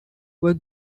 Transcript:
were